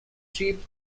trip